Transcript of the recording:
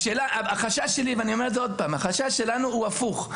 החשש שלנו הוא הפוך.